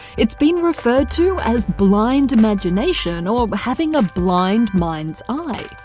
it's been referred to as blind imagination or but having a blind mind's eye.